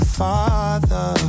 father